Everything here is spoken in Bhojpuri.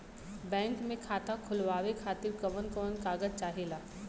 बैंक मे खाता खोलवावे खातिर कवन कवन कागज चाहेला?